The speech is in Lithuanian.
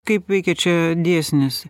kaip veikia čia dėsnis